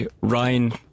Ryan